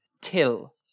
till